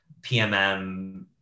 PMM